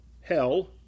hell